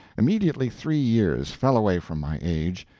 immediately three years fell away from my age,